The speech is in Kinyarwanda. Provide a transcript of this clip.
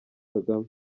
kagame